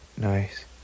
Nice